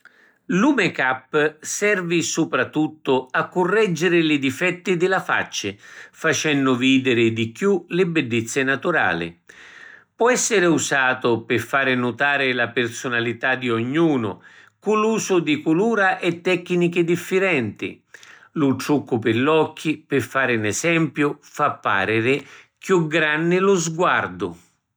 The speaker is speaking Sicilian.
Lu make-up servi supratuttu a curreggiri li difetti di la facci facennu vidiri di chiù li biddizzi naturali. Pò essiri usatu pi fari nutari la pirsunalità di ognunu cu l’usu di culura e tecchinichi diffirenti. Lu truccu pi l’occhi, pi fari n’esempiu, fa pariri chiù granni lu sguardu.